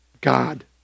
God